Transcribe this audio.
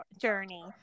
journey